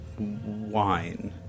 wine